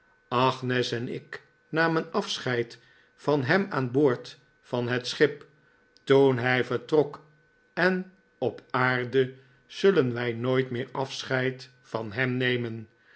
agnes en ik namen afscheid van hem aan boord van het schip toen hij vertrok en op aarde zullen wij nooit meer afscheid van hem nemen